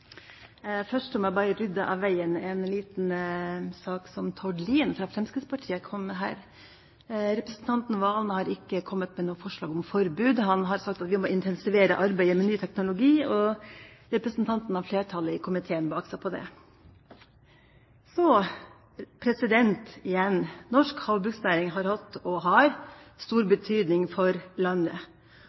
ikke kommet med noe forslag om forbud. Han har sagt at vi må intensivere arbeidet med ny teknologi, og representanten har flertallet i komiteen bak seg på det. Norsk havbruksnæring har hatt – og har – stor betydning for landet.